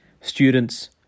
students